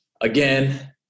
again